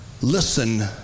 listen